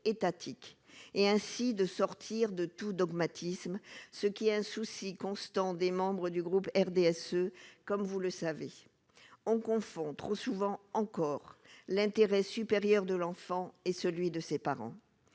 étatique et ainsi de sortir de tout dogmatisme, ce qui est un souci constant des membres du groupe RDSE, comme vous le savez, on confond trop souvent encore l'intérêt supérieur de l'enfant et celui de ses parents,